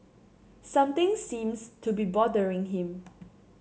something seems to be bothering him